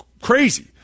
crazy